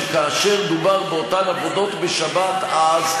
שכאשר דובר על אותן עבודות בשבת אז,